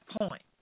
point